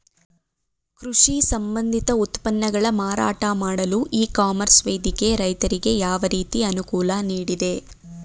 ಕೃಷಿ ಸಂಬಂಧಿತ ಉತ್ಪನ್ನಗಳ ಮಾರಾಟ ಮಾಡಲು ಇ ಕಾಮರ್ಸ್ ವೇದಿಕೆ ರೈತರಿಗೆ ಯಾವ ರೀತಿ ಅನುಕೂಲ ನೀಡಿದೆ?